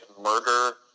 murder